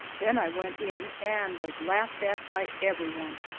then i went in, and was laughed at by everyone,